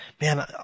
man